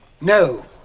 No